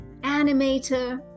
animator